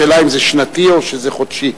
השאלה היא אם זה שנתי או שזה חודשי.